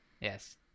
Yes